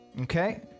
Okay